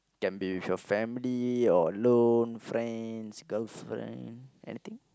can be with your family you're alone friends girlfriend anything